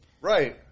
Right